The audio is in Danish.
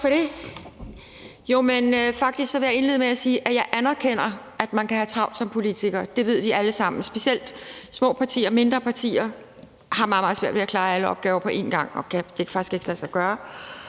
Tak for det. Faktisk vil jeg indlede med at sige, at jeg anerkender, at man kan have travlt som politiker. Det ved vi alle sammen, og specielt de små partier og de mindre partier har meget, meget svært ved at klare alle opgaver på én gang. Det kan faktisk ikke lade sig gøre,